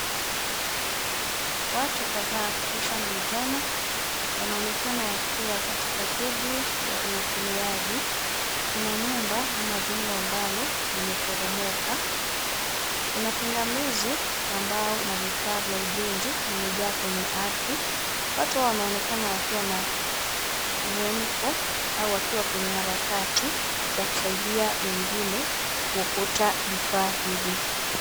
Watu kadhaa hususan vijana wanaonekana wakiwa katika shuguli ya uokoleaji. Kuna nyumba ama jengo ambalo limeporomoka. Kuna pingamizi, na mbao na vifaa vya ujenzi vimejaa kwenye ardhi. Watu hao wanaonekana wakiwa na mihemko au wakiwa kwenye harakati za kusaidia wengine kuokota vifaa hivi.